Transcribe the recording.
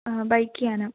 हा बैक्यानम्